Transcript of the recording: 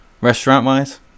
restaurant-wise